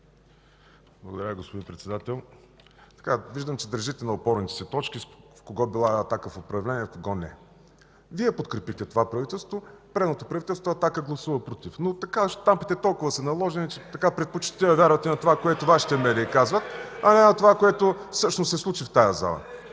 Благодаря Ви, господин Председател. Виждам, че държите на опорните си точки с кого била „Атака” в управлението, с кого – не. Вие подкрепихте това правителство. В предното правителство „Атака” гласува „против”. Но щампите толкова са наложени, че предпочитате да вярвате на това, което Вашите медии казват, а не на това, което всъщност се случи в тази зала.